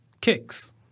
Kicks